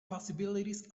possibilities